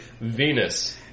Venus